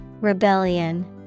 Rebellion